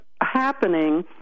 happening